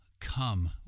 come